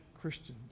Christians